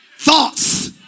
thoughts